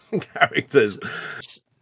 characters